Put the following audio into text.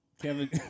Kevin